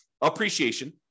Appreciation